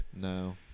No